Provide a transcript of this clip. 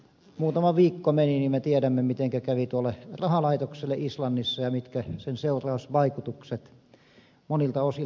muutama viikko meni ja me tiedämme mitenkä kävi tuolle rahalaitokselle islannissa ja mitkä sen seurausvaikutukset monilta osilta olivat